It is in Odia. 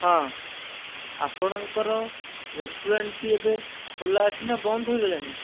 ହଁ ଆପଣଙ୍କର ରେଷ୍ଟୁରାଣ୍ଟଟି ଏବେ ଖୋଲା ଅଛି ନା ବନ୍ଦ ହୋଇଗଲାଣି